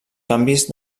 canvis